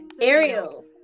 ariel